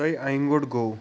انہِ گوٚٹ گوٚو